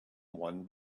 one